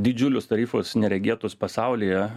didžiulius tarifus neregėtus pasaulyje